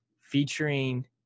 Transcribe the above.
featuring